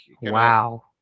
Wow